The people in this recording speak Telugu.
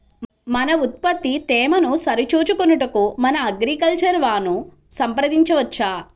మన ఉత్పత్తి తేమను సరిచూచుకొనుటకు మన అగ్రికల్చర్ వా ను సంప్రదించవచ్చా?